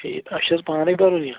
ٹھیٖک اَسہِ چھِ حظ پانَے بَرُن یہِ